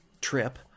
trip